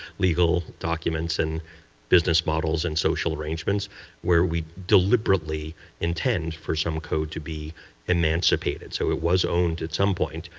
legal documents and business models and social arrangements where we deliberately intend for some code to be emancipated. so it was owned at some point,